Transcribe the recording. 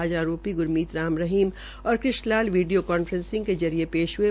आज आरोपी गुरमीत राम रहीम और कृष्ण लाल वीडियो कांफ्रेसिंग के माध्यम से पेश ह्ये